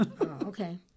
okay